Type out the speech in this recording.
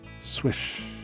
Swish